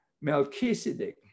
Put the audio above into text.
Melchizedek